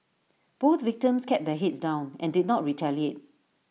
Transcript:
both victims kept their heads down and did not retaliate